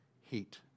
heat